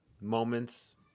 moments